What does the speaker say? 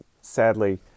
sadly